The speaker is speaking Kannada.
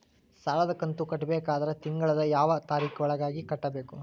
ಸಾಲದ ಕಂತು ಕಟ್ಟಬೇಕಾದರ ತಿಂಗಳದ ಯಾವ ತಾರೀಖ ಒಳಗಾಗಿ ಕಟ್ಟಬೇಕು?